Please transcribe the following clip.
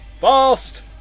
Fast